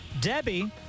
Debbie